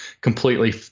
completely